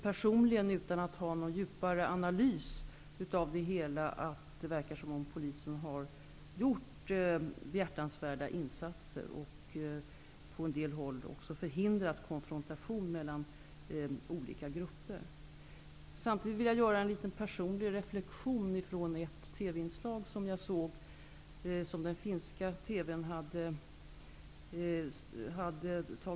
Personligen -- utan att ha gjort någon djupare analys av det hela -- tycker jag att det verkar som att polisen har gjort behjärtansvärda insatser och på en del håll även förhindrat konfrontation mellan olika grupper. Jag vill samtidigt göra en personlig reflexion av ett TV-inslag från den finska TV:n.